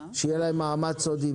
שיהיה להם מעמד סודי.